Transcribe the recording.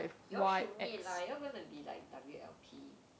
you all should meet lah you all gonna be like W_L_P